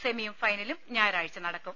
സെമിയും ഫൈനലും ഞായറാഴ്ച നടക്കും